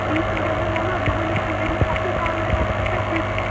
تی چھِ سو نہٕ حظ بہٕ وَنان وۄنۍ ؤنِو تُہی ییٚمِس اَصٕل کانٛگرِ آسہِ سُہ کَتہِ